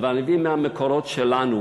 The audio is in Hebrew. אבל אביא מהמקורות שלנו